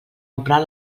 emprar